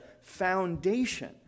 foundation